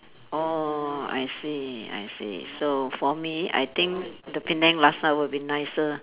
orh I see I see so for me I think the Penang laksa would be nicer